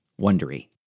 Wondery